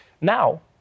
now